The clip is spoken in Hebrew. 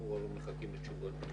אנחנו מחכים לתשובות.